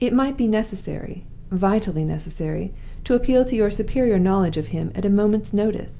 it might be necessary vitally necessary to appeal to your superior knowledge of him at a moment's notice.